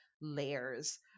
layers